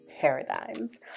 paradigms